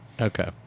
Okay